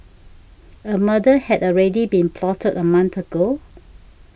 a murder had already been plotted a month ago